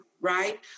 right